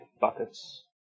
buckets